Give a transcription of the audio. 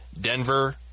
Denver